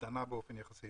קטנה באופן יחסי.